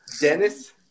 Dennis